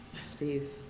Steve